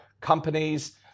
companies